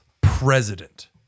president